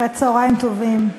אחרי-צהריים טובים.